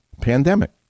pandemic